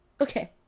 Okay